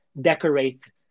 decorate